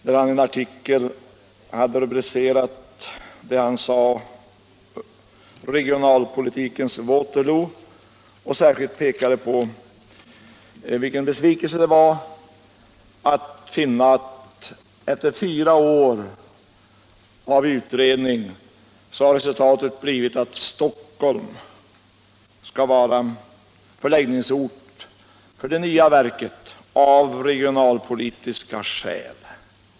I en artikel rubricerad Regionalpolitikens Waterloo framförde den senare sin besvikelse över att finna att resultatet av fyra års utredande blivit att man valt Stockholm till förläggningsort —- ”av regionalpolitiska skäl”.